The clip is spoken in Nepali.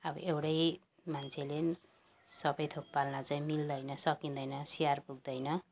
अब एउटै मान्छेले सबै थोक पाल्न चाहिँ मिल्दैन सकिँदैन स्याहार पुग्दैन